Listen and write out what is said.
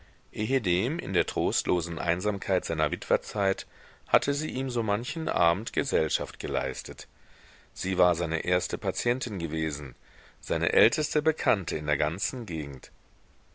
ehedem in der trostlosen einsamkeit seiner witwerzeit hatte sie ihm so manchen abend gesellschaft geleistet sie war seine erste patientin gewesen seine älteste bekannte in der ganzen gegend